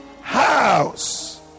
house